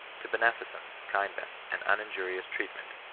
to beneficence, kindness, and uninjurious treat ment,